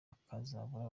ukazabura